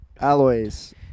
alloys